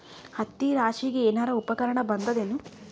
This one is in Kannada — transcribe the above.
ಹತ್ತಿ ರಾಶಿಗಿ ಏನಾರು ಉಪಕರಣ ಬಂದದ ಏನು?